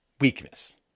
weakness